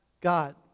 God